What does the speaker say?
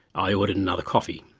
i ordered another coffee.